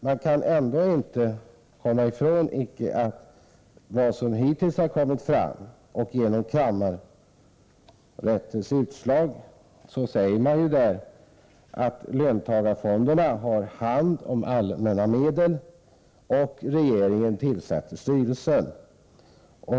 Man kan ändå inte komma ifrån att löntagarfonderna har hand om allmänna medel och att regeringen tillsätter styrelserna — det framgår av vad som hittills har kommit fram och av vad som sägs i kammarrättens utslag.